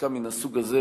חקיקה מן הסוג הזה,